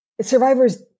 survivors